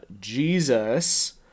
Jesus